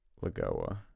Lagoa